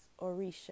Orisha